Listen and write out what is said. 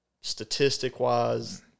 statistic-wise